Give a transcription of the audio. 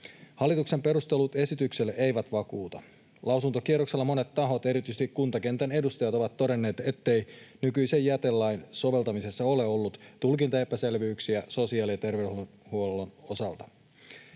Hallituksen perustelut esitykselle eivät vakuuta. Lausuntokierroksella monet tahot, erityisesti kuntakentän edustajat, ovat todenneet, ettei nykyisen jätelain soveltamisessa ole ollut tulkintaepäselvyyksiä sosiaali- ja terveydenhuollon osalta.